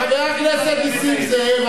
חבר הכנסת נסים זאב,